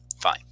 fine